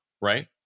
right